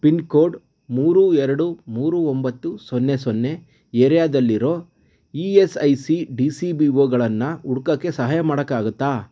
pin code ಮೂರು ಎರಡು ಮೂರು ಒಂಬತ್ತು ಸೊನ್ನೆ ಸೊನ್ನೆ ಏರಿಯಾದಲ್ಲಿರೋ E S I C D C B ಓಗಳನ್ನ ಹುಡ್ಕೋಕ್ಕೆ ಸಹಾಯ ಮಾಡೋಕ್ಕಾಗುತ್ತ